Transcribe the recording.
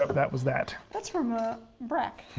ah that was that. that's from ah brak.